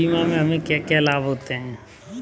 बीमा से हमे क्या क्या लाभ होते हैं?